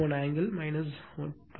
81 angle 21